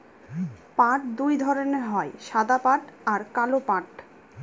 পাট দুই ধরনের হয় সাদা পাট আর কালো পাট